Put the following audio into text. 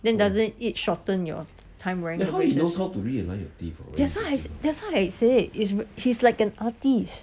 then doesn't it shorten your time wearing the braces that's why that's why I say he's like an artist